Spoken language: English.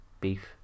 beef